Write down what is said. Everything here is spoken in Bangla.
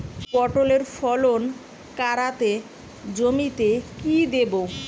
পটলের ফলন কাড়াতে জমিতে কি দেবো?